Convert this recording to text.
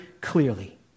clearly